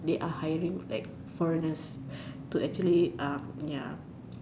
they are hiring like foreigners to actually um ya